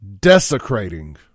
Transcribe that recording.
desecrating